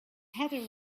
heather